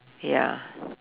ya